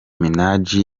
minaj